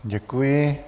Děkuji.